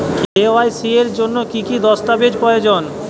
KYC এর জন্যে কি কি দস্তাবেজ প্রয়োজন?